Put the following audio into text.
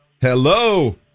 Hello